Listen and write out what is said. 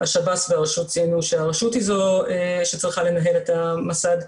השב"ס והרשות ציינו שהרשות היא זו שצריכה לנהל את המסד,